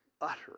utter